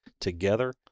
together